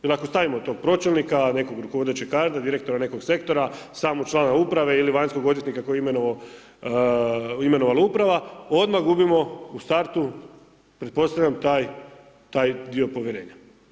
Jer ako stavimo tog pročelnika, nekog rukovodećeg kadra, direktora nekog sektora, samog člana uprave ili vanjskog odvjetnika kojeg je imenovala uprava odmah gubimo u startu pretpostavljam taj dio povjerenja.